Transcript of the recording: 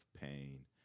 pain